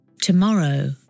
Tomorrow